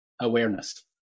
awareness